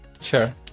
Sure